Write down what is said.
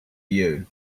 you